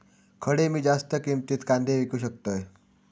खडे मी जास्त किमतीत कांदे विकू शकतय?